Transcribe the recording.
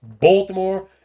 baltimore